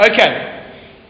okay